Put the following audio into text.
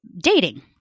dating